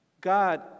God